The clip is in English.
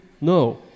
No